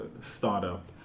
startup